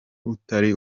utari